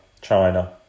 China